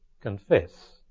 Confess